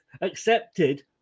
accepted